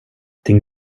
din